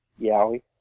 Yowie